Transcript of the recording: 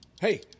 Hey